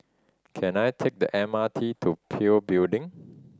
can I take the M R T to PIL Building